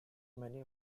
many